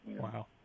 Wow